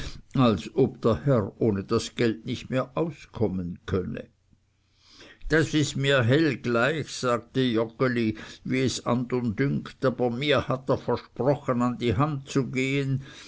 als ob der herr ohne das geld nicht mehr auskommen könne das ist mir hell gleich sagte joggeli wie es andern dünkt aber mir hat er versprochen an die hand zu gehen